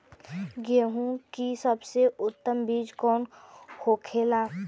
गेहूँ की सबसे उत्तम बीज कौन होखेला?